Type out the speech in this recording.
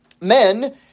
men